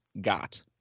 got